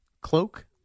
cloak